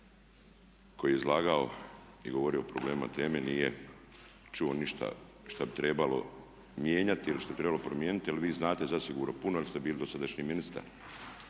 koji je izlagao je govorio o problemima teme, a nije čuo ništa što bi trebalo mijenjati ili što bi trebalo promijeniti ali vi znate zasigurno puno jer ste bili dosadašnji ministar.